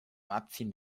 abziehen